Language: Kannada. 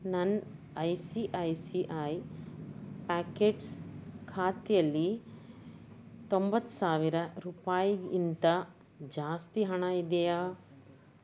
ನನ್ನ I C I C I pockets ಖಾತೆಯಲ್ಲಿ ತೊಂಬತ್ತು ಸಾವಿರ ರೂಪಾಯಿ ಇಂಥ ಜಾಸ್ತಿ ಹಣ ಇದೆಯಾ